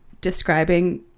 describing